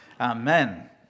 Amen